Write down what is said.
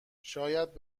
شاید